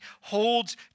holds